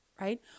Right